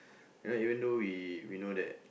you know even though we we know that